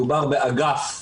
מדובר באגף שקרס.